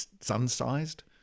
sun-sized